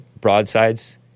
broadsides